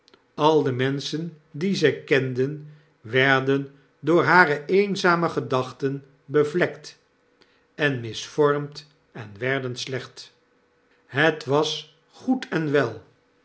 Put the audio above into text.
al de menschen diezflkende werden door hare eenzame gedachten bevlekt en misvormd en werden slecht het was goed en wel